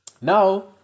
Now